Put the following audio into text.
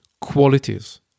Qualities